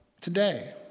today